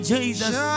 Jesus